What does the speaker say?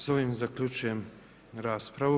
S ovim zaključujem raspravu.